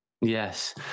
Yes